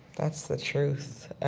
that's the truth.